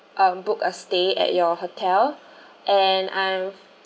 um book a stay at your hotel and I've